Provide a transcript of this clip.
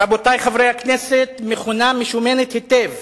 רבותי חברי הכנסת, מכונה משומנת היטב,